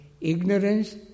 ignorance